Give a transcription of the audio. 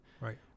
Right